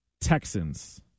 Texans